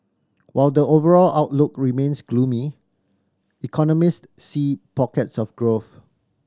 while the overall outlook remains gloomy economist see pockets of growth